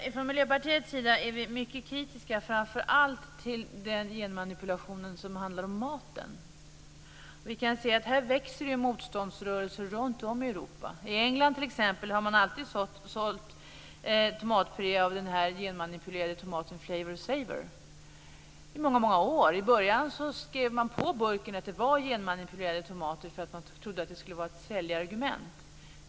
Vi från Miljöpartiets sida är vi mycket kritiska framför allt till den genmanipulation som handlar om maten. Vi kan se att här växer motståndsrörelsen runtom i Europa. I England har man t.ex. sålt tomatpuré av den genmanipulerade tomatsorten Flavour Savour i många år. I början skrev man på burken att det var genmanipulerade tomater, för man trodde att det skulle vara ett säljargument.